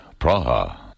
Praha